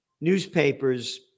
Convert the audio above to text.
newspapers